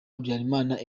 habyarimana